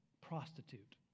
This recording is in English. prostitute